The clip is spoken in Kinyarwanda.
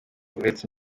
uretse